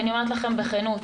אני אומרת לכם בכנות,